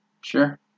Sure